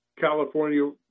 California